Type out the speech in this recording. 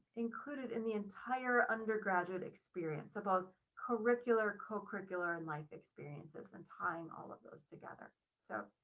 included in the entire undergraduate experience about curricular, co curricular and life experiences and tying all of those together. so